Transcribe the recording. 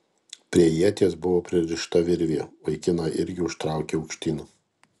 prie ieties buvo pririšta virvė vaikiną irgi užtraukė aukštyn